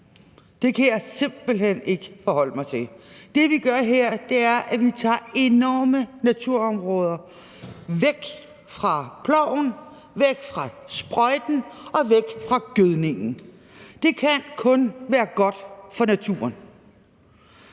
kan jeg simpelt hen ikke forholde mig til. Det, vi gør her, er, at vi tager enorme naturområder væk fra ploven, væk fra sprøjten og væk fra gødningen. Det kan kun være godt for naturen.